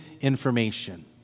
information